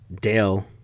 Dale